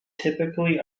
typically